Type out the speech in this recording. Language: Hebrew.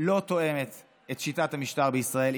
לא תואמת את שיטת המשטר בישראל,